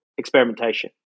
Experimentation